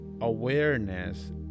awareness